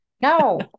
no